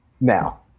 now